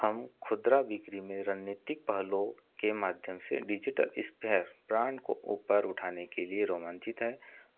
हम खुदरा बिक्री में रणनीतिक पहलू के माध्यम से डिजिटल इस्फेयर ब्रांड को ऊपर उठाने के लिए रोमांचित है